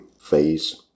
phase